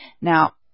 Now